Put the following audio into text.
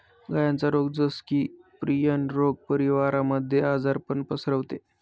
गायांचा रोग जस की, प्रियन रोग परिवारामध्ये आजारपण पसरवते